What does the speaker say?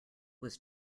was